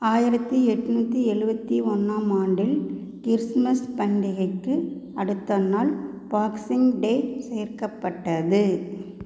ஆயிரத்து எட்நூற்றி எழுவத்தி ஒன்றாம் ஆண்டில் கிறிஸ்துமஸ் பண்டிகைக்கு அடுத்த நாள் பாக்ஸிங் டே சேர்க்கப்பட்டது